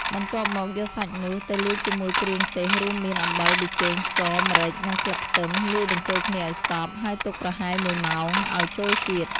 បន្ទាប់មកយកសាច់នោះ ទៅលាយជាមួយគ្រឿងទេសរួមមាន អំបិល ប៊ីចេង ស្ករ ម្រេច និងស្លឹកខ្លឹម លាយបញ្ចូលគ្នាឱ្យសព្វ ហើយទុកប្រហែល១ម៉ោងឱ្យចូលជាតិ។